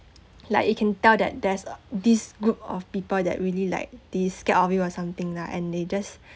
like you can tell that there's this group of people that really like they scared of you or something lah and they just